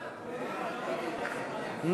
משרד התיירות, לשנת התקציב 2015,